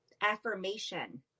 affirmation